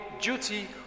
duty